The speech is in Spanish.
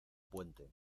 puente